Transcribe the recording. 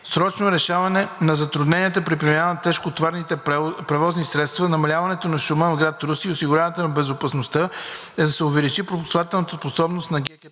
Дългосрочно решение на затруднението при преминаване на тежкотоварни превозни средства, намаляването на шума в град Русе и осигуряването на безопасността е да се увеличи пропускателната способност на ГКПП.